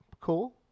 cool